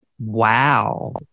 Wow